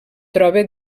troba